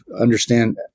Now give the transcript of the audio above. understand